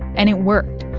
and it worked.